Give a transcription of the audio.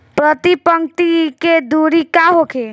प्रति पंक्ति के दूरी का होखे?